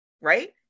right